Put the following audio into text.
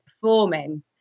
performing